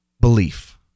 belief